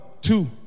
two